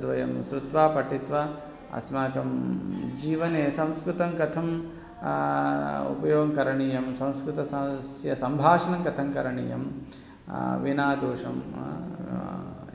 तद् वयं शृत्वा पठित्वा अस्माकं जीवने संस्कृतं कथम् उपयोगं करणीयं संस्कृतस्य संभाषणं कथं करणीयं विना दोषम्